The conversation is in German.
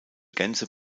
gänze